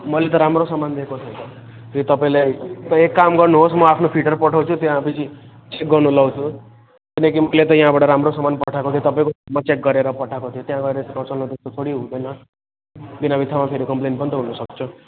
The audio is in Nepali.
मैले त राम्रो सामान दिएको थिएँ त फेरि तपाईँलाई त एक काम गर्नुहोस् म आफ्नो फिटर पठाउँछु त्यहाँ फेरि चेक गर्नु लाउँछु किनकि मैले त यहाँबाट राम्रो सामान पठाएको थिएँ तपाईँको चेक गरेर पठाएको थिएँ त्यहाँबाट त्यस्तो थोडी हुँदैन बिना बित्थामा फेरि कम्प्लेन पनि त हुनुसक्छ